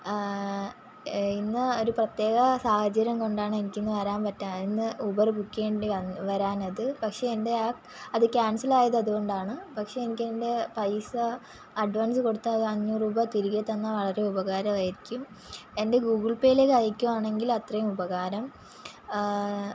ഇന്ന് ഒരു പ്രത്യേക സാഹചര്യം കൊണ്ടാണെനിക്കിന്ന് വരാൻ പറ്റാൻ ഇന്ന് ഊബറ് ബുക്ക് ചെയ്യേണ്ടി വന്നത് വരാഞ്ഞത് പക്ഷേ എൻ്റെ അത് ക്യാൻസലായതത് അതുകൊണ്ടാണ് പക്ഷേ എനിക്കതിൻ്റെ പൈസ അഡ്വാൻസ് കൊടുത്ത അത് അഞ്ഞൂറ് റുപ തിരികെ തന്നാൽ വളരെ ഉപകാരവായിരിക്കും എൻ്റെ ഗൂഗിൾ പേയിലേക്കയക്കുവാണെങ്കിൽ അത്രയും ഉപകാരം